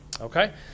Okay